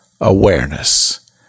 awareness